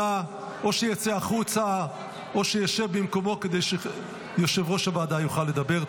או שיצא החוצה או שישב במקומו כדי שיושב-ראש הוועדה יוכל לדבר.